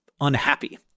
unhappy